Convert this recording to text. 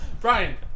Brian